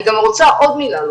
אני גם רוצה להוסיף עוד מילה.